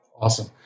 Awesome